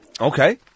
Okay